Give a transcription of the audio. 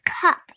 cup